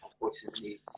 unfortunately